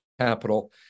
capital